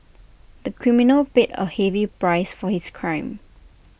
the criminal paid A heavy price for his crime